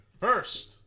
first